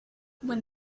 when